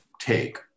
take